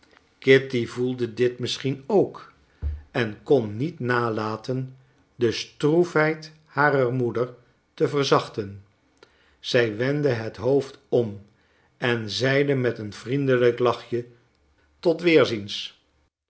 kitty voelde dit misschien ook en kon niet nalaten de stroefheid harer moeder te verzachten zij wendde het hoofd om en zeide met een vriendelijk lachje tot weerziens